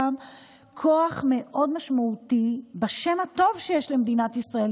גם כוח מאוד משמעותי בשם הטוב שיש למדינת ישראל,